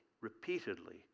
repeatedly